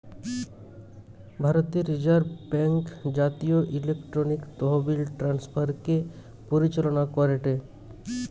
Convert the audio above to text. ভারতের reserve bank জাতীয় electronic তহবিল ট্রান্সফার কে পরিচালনা করেটে